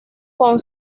con